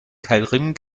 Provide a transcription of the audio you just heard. keilriemen